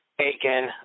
Aiken